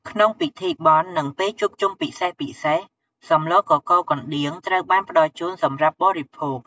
ក្នុងពិធីបុណ្យនិងពេលជួបជុំពិសេសៗសម្លកកូរកណ្ដៀងត្រូវបានផ្តល់ជូនសម្រាប់បរិភោគ។